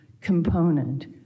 component